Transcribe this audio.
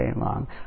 long